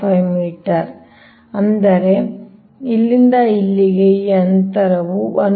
5 metre ಅಂದರೆ ಇಲ್ಲಿಂದ ಇಲ್ಲಿಗೆ ಈ ಅಂತರವು 1